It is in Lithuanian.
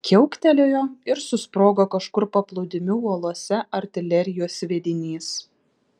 kiauktelėjo ir susprogo kažkur paplūdimių uolose artilerijos sviedinys